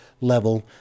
level